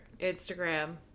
Instagram